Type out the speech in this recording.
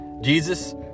Jesus